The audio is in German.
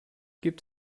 gibt